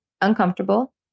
uncomfortable